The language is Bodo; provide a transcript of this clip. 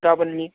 गाबोननि